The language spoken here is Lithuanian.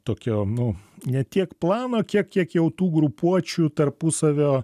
tokio nu ne tiek plano kiek kiek jau tų grupuočių tarpusavio